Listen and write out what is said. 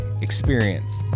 experience